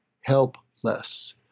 helpless